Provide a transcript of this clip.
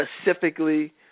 specifically